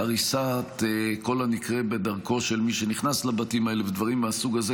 והריסת כל הנקרה בדרכו של מי שנכנס לבתים האלה ודברים מהסוג הזה,